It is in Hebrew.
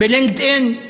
בלינקדאין,